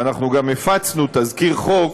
ואנחנו גם הפצנו תזכיר חוק,